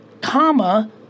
comma